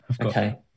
Okay